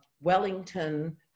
Wellington